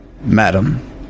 Madam